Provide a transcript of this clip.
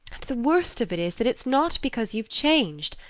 and the worst of it is that it's not because you've changed.